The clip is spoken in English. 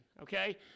Okay